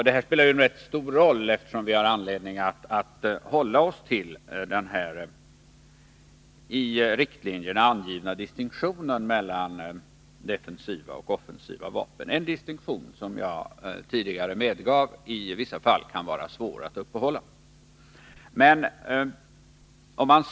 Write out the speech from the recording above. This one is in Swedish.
Detta spelar ju en rätt stor roll, eftersom vi har anledning att hålla oss till den i riktlinjerna angivna distinktionen mellan defensiva och offensiva vapen, en distinktion som jag tidigare medgav kan vara svår att upprätthålla i vissa fall.